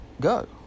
go